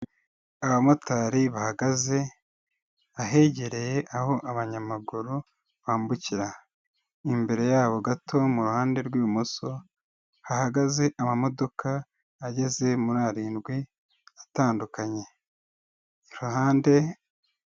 Abamotari bahagaze ahegereye aho abanyamaguru bambukira, imbere yabo gato mu ruhande rw'ibumoso hahagaze amamodoka ageze muri arindwi atandukanye, iruhande.